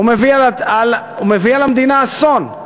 הוא מביא על המדינה אסון.